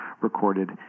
Recorded